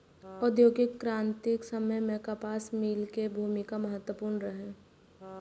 औद्योगिक क्रांतिक समय मे कपास मिल के भूमिका महत्वपूर्ण रहलै